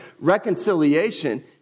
Reconciliation